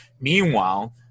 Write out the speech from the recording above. Meanwhile